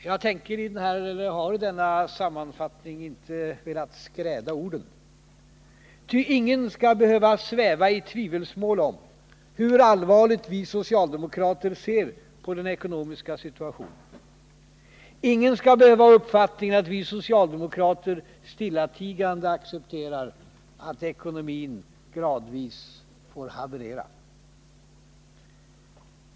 Jag har i denna sammanfattning inte velat skräda orden, ty ingen skall behöva sväva i tvivelsmål om hur allvarligt vi socialdemokrater ser på den ekonomiska situationen. Ingen skall behöva ha uppfattningen att vi socialdemokrater stillatigande accepterar att ekonomin gradvis får haverera.